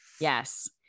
Yes